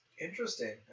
Interesting